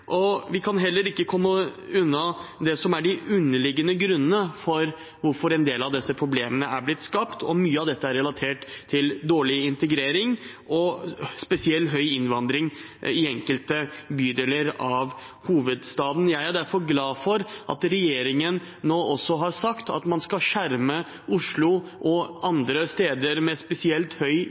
Vi kan heller ikke komme unna det som er de underliggende grunnene til at en del av disse problemene er blitt skapt. Mye av dette er relatert til dårlig integrering og spesielt til høy innvandring i enkelte bydeler i hovedstaden. Jeg er derfor glad for at regjeringen nå også har sagt at man skal skjerme Oslo – og andre steder med spesielt høy